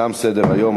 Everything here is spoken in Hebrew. תם סדר-היום.